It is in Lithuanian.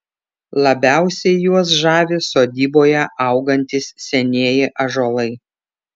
labiausiai juos žavi sodyboje augantys senieji ąžuolai